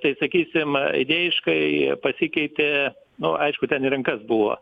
tai sakysim idėjiškai pasikeitė nu aišku ten į rankas buvo